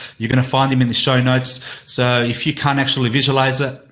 you're going to find them in the show notes so, if you can't actually visualize it,